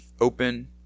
open